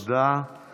תודה רבה, תודה.